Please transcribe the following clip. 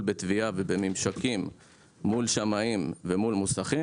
בתביעה ובממשקים מול שמאים ומול מוסכים,